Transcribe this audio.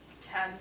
Ten